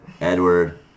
Edward